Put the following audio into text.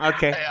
Okay